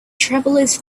travelers